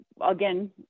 again